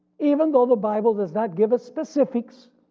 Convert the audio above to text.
even though the bible does not give us specifics,